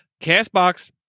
CastBox